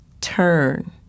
turn